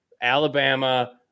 Alabama